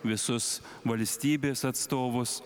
visus valstybės atstovus